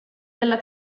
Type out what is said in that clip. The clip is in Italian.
della